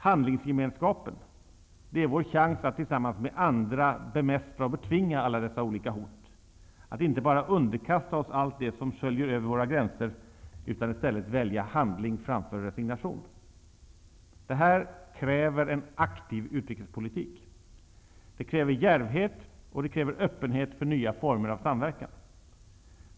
Handlingsgemenskapen är vår chans att tillsammans med andra bemästra och betvinga alla dessa olika hot, att inte bara underkasta oss allt det som sköljer över våra gränser utan i stället välja handling framför resignation. Det här kräver en aktiv utrikespolitik. Det kräver djärvhet, och det kräver öppenhet för nya former av samverkan.